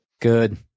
Good